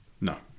No